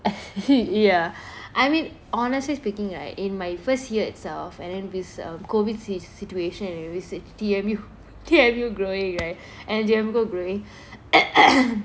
ya I mean honestly speaking right in my first year itself and then with a COVID si~ situation uh rece~ T_M_U T_M_U growing right and G_M co~ growing